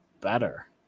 better